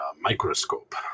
microscope